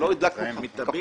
זה לא שלחצנו על כפתור,